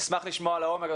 לשמוע לעומק.